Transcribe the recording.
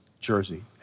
jersey